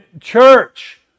church